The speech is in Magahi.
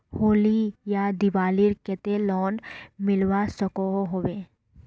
होली या दिवालीर केते लोन मिलवा सकोहो होबे?